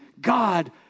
God